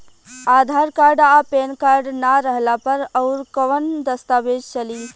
आधार card आ PAN card ना रहला पर अउरकवन दस्तावेज चली?